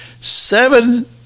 seven